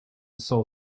sault